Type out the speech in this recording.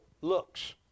looks